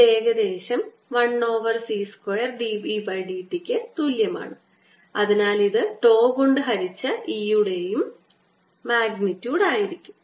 ഇത് ഏകദേശം 1 over C square d E d t ക്ക് തുല്യമാണ് അതിനാൽ ഇത് τ കൊണ്ട് ഹരിച്ച E യുടെ മാഗ്നിറ്റ്യൂഡ് ആയിരിക്കും